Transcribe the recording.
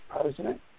president